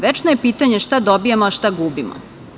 Večno je pitanje šta dobijamo a šta gubimo?